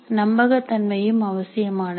நம்பகத்தன்மையும் அவசியமானது